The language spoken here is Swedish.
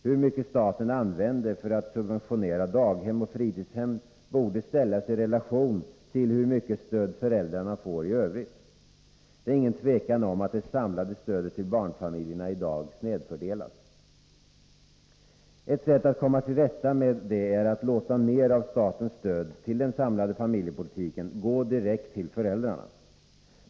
Hur mycket staten använder för att subventionera daghem och fritidshem borde ställas i relation till hur mycket stöd föräldrarna får i övrigt. Det är inget tvivel om att det samlade stödet till barnfamiljerna i dag snedfördelas. Ett sätt att komma till rätta med det är att låta mer av statens stöd till den samlade familjepolitiken gå direkt till föräldrarna.